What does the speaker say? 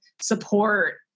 support